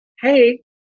Hey